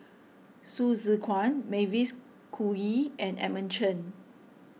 Hsu Tse Kwang Mavis Khoo Oei and Edmund Chen